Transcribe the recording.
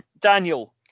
Daniel